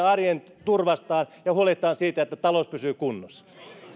arjen turvastaan ja huolehditaan siitä että talous pysyy kunnossa